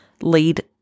lead